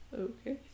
Okay